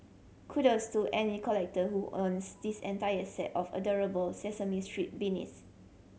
kudos to any collector who owns this entire set of adorable Sesame Street beanies